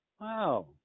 Wow